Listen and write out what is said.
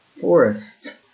forest